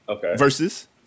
versus